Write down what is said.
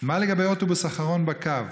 3. מה בדבר אוטובוס אחרון בקו?